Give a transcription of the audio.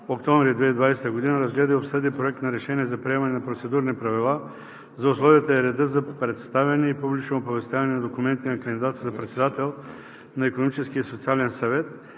октомври 2020 г., разгледа и обсъди Проект на решение за приемане на Процедурни правила за условията и реда за представяне и публично оповестяване на документите на кандидата за председател на Икономическия и социален съвет,